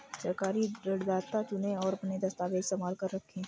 सही ऋणदाता चुनें, और अपने दस्तावेज़ संभाल कर रखें